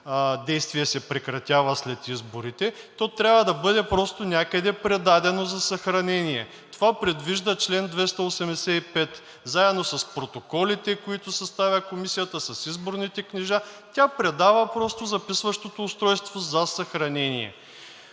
действие се прекратява след изборите. То трябва да бъде някъде предадено за съхранение, това предвижда чл. 285, заедно с протоколите, които съставя комисията, с изборните книжа. Тя предава записващото устройство за съхранение.